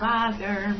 Father